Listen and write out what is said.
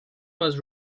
was